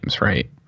Right